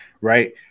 right